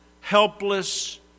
helpless